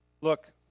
Look